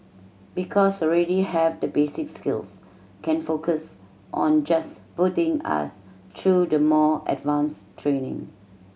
because already have the basic skills can focus on just putting us through the more advanced training